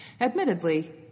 Admittedly